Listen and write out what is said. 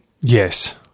Yes